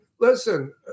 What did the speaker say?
listen